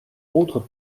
autres